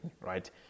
Right